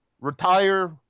Retire